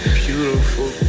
beautiful